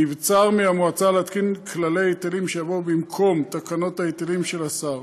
נבצר מהמועצה להתקין כללי היטלים שיבואו במקום תקנות ההיטלים של השר.